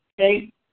Okay